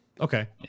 Okay